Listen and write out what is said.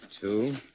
Two